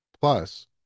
Plus